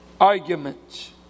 arguments